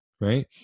right